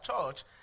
church